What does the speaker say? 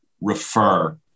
refer